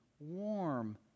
Warm